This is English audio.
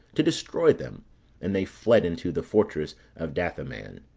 to destroy them and they fled into the fortress of datheman.